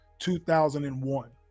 2001